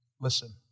Listen